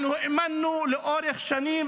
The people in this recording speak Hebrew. אנחנו האמנו לאורך השנים,